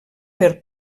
per